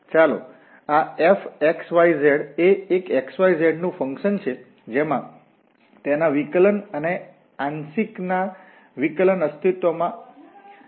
ચાલો આ fxyz એ એક x y z નુંફંકશન છે જેમાં તેના વિકલન અને આંશિક ના વિકલન અસ્તિત્વમાં છે